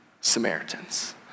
Samaritans